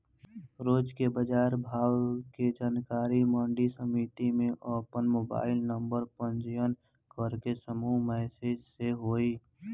रोज के बाजार भाव के जानकारी मंडी समिति में आपन मोबाइल नंबर पंजीयन करके समूह मैसेज से होई?